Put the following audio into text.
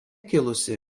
kilusi